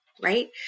Right